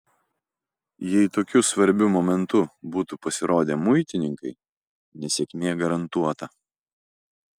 jei tokiu svarbiu momentu būtų pasirodę muitininkai nesėkmė garantuota